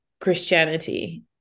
Christianity